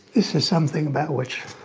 is something about which